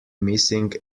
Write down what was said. missing